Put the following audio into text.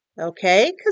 Okay